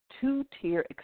Two-Tier